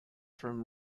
from